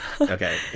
okay